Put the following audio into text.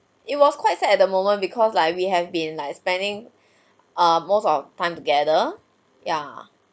it was quite sad at the moment because like we have been like spending err most of time together ya